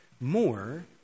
more